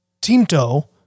Tinto